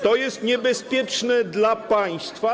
To jest niebezpieczne dla państwa.